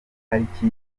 pariki